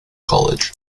college